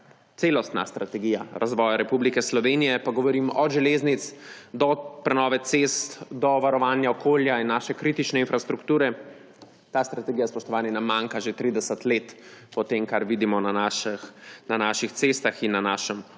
celostna strategija razvoja Republike Slovenije, pa govorim od železnic do prenove cest, do varovanja okolja in naše kritične infrastrukture, ta strategija, spoštovani, nam manjka že 30 let po tem, kar vidimo na naših cestah in na našem okolju.